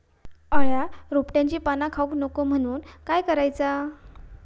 अळ्या रोपट्यांची पाना खाऊक नको म्हणून काय करायचा?